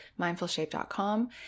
mindfulshape.com